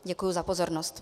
Děkuji za pozornost.